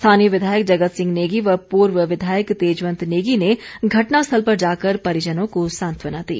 स्थानीय विधायक जगत सिंह नेगी व पूर्व विधायक तेजवंत नेगी ने घटनास्थल पर जाकर परिजनों को सांत्वना दी